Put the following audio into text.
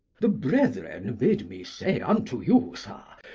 the brethren bid me say unto you, sir,